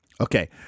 Okay